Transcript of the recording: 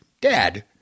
dad